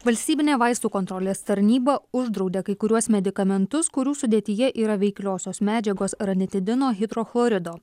valstybinė vaistų kontrolės tarnyba uždraudė kai kuriuos medikamentus kurių sudėtyje yra veikliosios medžiagos ranitidino hidrochlorido